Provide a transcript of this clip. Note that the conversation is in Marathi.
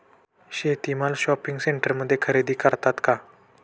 शेती माल शॉपिंग सेंटरमध्ये खरेदी करतात का?